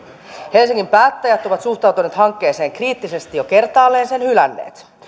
helsingin päättäjät ovat suhtautuneet hankkeeseen kriittisesti ja jo kertaalleen sen hylänneet